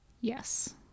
Yes